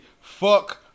fuck